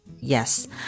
Yes